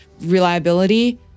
reliability